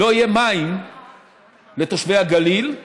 לא יהיו מים לתושבי הגליל.